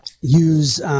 use –